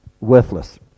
Worthless